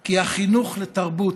כי החינוך לתרבות,